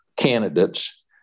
candidates